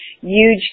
huge